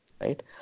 Right